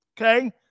Okay